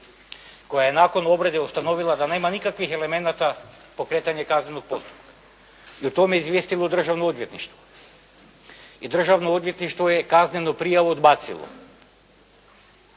koja je nakon obrade ustanovila da nema nikakvih elemenata pokretanja kaznenog postupka i o tome izvijestilo Državno odvjetništvo i Državno odvjetništvo je kaznenu prijavu odbacilo.